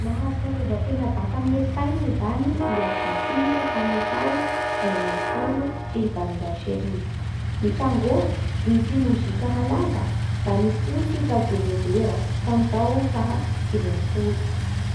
Nahazo fahaleovan-tena baka amin'i Espagne zany i Argentine tamin'ny tao enina ambin'ny folo sy valonjato sy arivo. Ny tangô (dihy sy mozika malaza) da nipoitsy tao Benozera tamin'ny tao fahasivy ambin'ny folo.